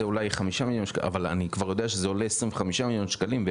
זה אולי 5 מיליון שקלים אבל אני כבר יודע שזה עולה 25 מיליון שקלים.